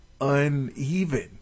uneven